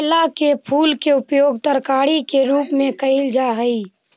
केला के फूल के उपयोग तरकारी के रूप में कयल जा हई